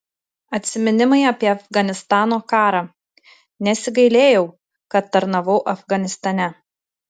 atsiminimai apie afganistano karą nesigailėjau kad tarnavau afganistane